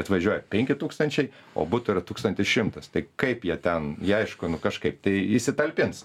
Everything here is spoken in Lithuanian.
atvažiuoja penki tūkstančiai o butų yra tūkstantis šimtas tai kaip jie ten jie aišku nu kažkaip tai įsitalpins